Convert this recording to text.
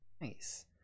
nice